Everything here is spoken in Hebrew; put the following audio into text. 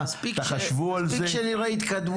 אני מבקש מכם --- תקחו את חוק גוז'נסקי,